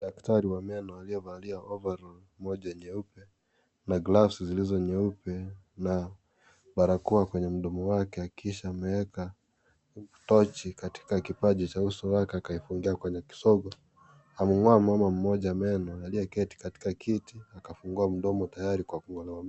Daktari wa meno aliyevalia overall moja nyeupe na gloves zilizo nyeupe na barakoa kwenye mdomo wake kisha ameweka tochi katika kipaji chake na kisha akifungua kwenye kisogo. Amemngoa mama mmoja meno aliyeketi katika kiti akafungua mdomo tayari kwa kungolewa meno.